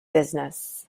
business